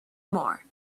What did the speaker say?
more